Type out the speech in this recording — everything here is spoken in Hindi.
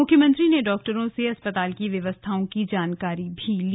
मुख्यमंत्री ने डॉक्टरों से अस्पताल की व्यवस्थाओं की जानकारी भी ली